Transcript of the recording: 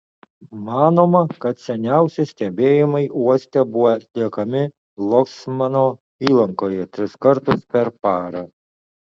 manoma kad seniausi stebėjimai uoste buvo atliekami locmano įlankoje tris kartus per parą